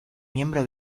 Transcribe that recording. miembro